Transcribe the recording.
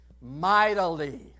mightily